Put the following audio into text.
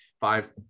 five